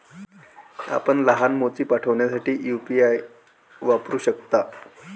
आपण लहान मोती पाठविण्यासाठी यू.पी.आय वापरू शकता